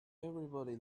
everybody